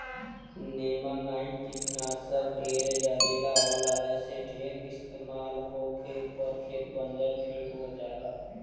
नेमानाइट कीटनाशक ढेरे जहरीला होला ऐसे ढेर इस्तमाल होखे पर खेत बंजर भी हो जाला